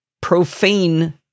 profane